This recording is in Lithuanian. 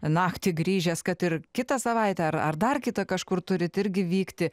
naktį grįžęs kad ir kitą savaitę ar ar dar kitą kažkur turit irgi vykti